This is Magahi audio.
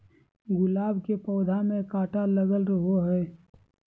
गुलाब के पौधा में काटा लगल रहो हय